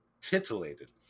titillated